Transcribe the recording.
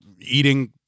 eating